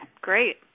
great